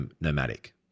nomadic